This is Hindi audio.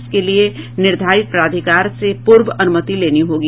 इसके लिये निर्धारित प्राधिकार से पूर्व अनुमति लेनी होगी